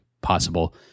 possible